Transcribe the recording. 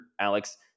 Alex